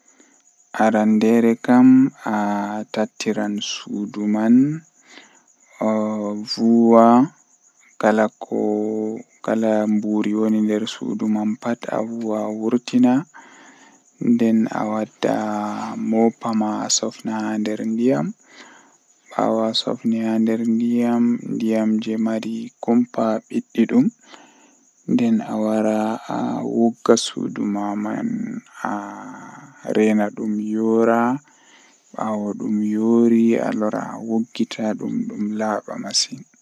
Nyalade siwtaare haa wuro amin kanjum woni nyande julde sulai e julde laiha julde sumai kanjum woni baawo nyalde talatin be sumai nden bawo mai lebbi didi be julde sumai nden laatata julde laiha